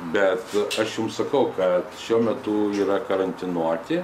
bet aš jum sakau kad šiuo metu yra karantinuoti